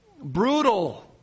brutal